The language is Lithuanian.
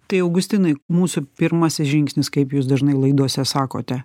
tai augustinai mūsų pirmasis žingsnis kaip jūs dažnai laidose sakote